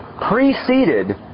preceded